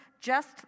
Just